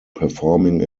performing